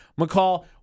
McCall